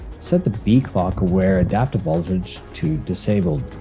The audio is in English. set the b clock aware adaptive voltage to disabled.